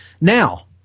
Now